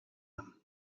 them